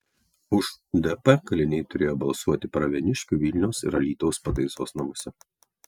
už dp kaliniai turėjo balsuoti pravieniškių vilniaus ir alytaus pataisos namuose